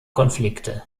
konflikte